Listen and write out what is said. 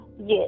Yes